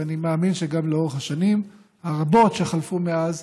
ואני מאמין שגם לאורך השנים הרבות שחלפו מאז